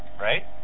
Right